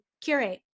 curate